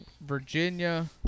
Virginia